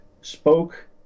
spoke